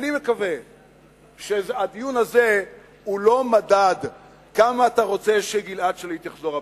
אני מקווה שהדיון הזה הוא לא מדד כמה אתה רוצה שגלעד שליט יחזור הביתה,